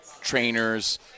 Trainers